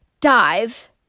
dive